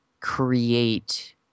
create